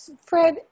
Fred